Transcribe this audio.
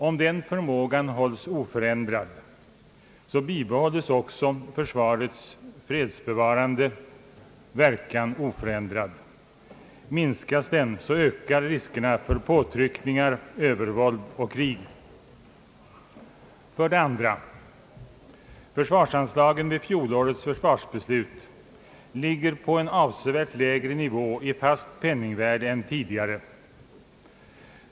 Om den förmågan hålls oförändrad så bibehålles också försvarets fredsbevarande verkan oförändrad. Minskas den så ökar riskerna för påtryckningar, övervåld och krig. För det andra ligger försvarsanslagen i fjolårets försvarsbeslut på en avsevärt lägre nivå i fast penningvärde än tidigare.